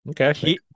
Okay